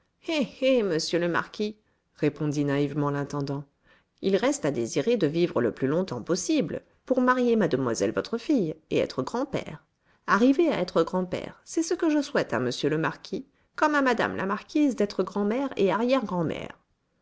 monsieur le marquis répondit naïvement l'intendant il reste à désirer de vivre le plus longtemps possible pour marier mademoiselle votre fille et être grand-père arriver à être grand-père c'est ce que je souhaite à monsieur le marquis comme à mme la marquise d'être grand'mère et arrière grandmère